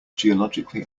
geologically